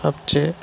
সবচেয়ে